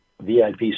VIP